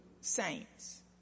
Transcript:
saints